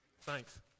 Thanks